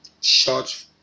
Short